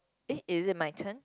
eh is it my turn